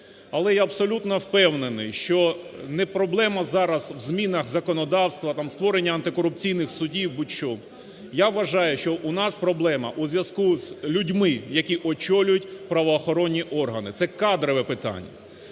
Але я абсолютно впевнений, що не проблема зараз в змінах законодавства, створення антикорупційних судів, будь-що, я вважаю, що у нас проблема у зв'язку з людьми, які очолюють правоохоронні органи, – це кадрове питання.